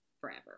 forever